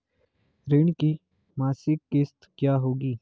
ऋण की मासिक किश्त क्या होगी?